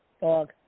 Dog